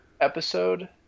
episode –